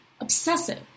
Obsessive